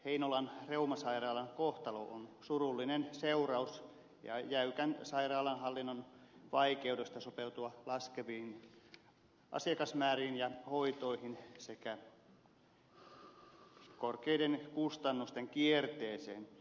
heinolan reumasairaalan kohtalo on surullinen seuraus jäykän sairaalanhallinnon vaikeudesta sopeutua laskeviin asiakasmääriin ja hoitoihin sekä korkeiden kustannusten kierteeseen